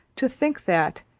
to think that,